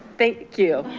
thank you,